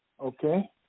Okay